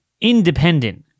Independent